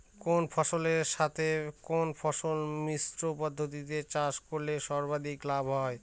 কোন ফসলের সাথে কোন ফসল মিশ্র পদ্ধতিতে চাষ করলে সর্বাধিক লাভ হবে?